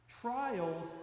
Trials